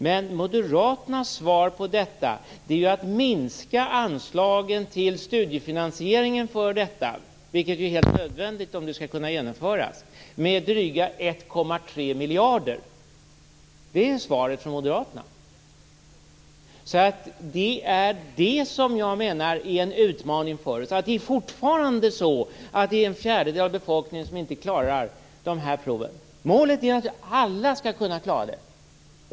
Men moderaternas svar på detta är att minska anslagen till studiefinansieringen - en studiefinansiering som är helt nödvändig om det hela skall kunna genomföras - med drygt 1,3 miljarder. Det är svaret från moderaterna. Det är detta som är en utmaning för oss. Det är fortfarande en fjärdedel av befolkningen som inte klarar proven. Målet är att alla skall kunna klara dem.